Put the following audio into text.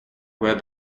where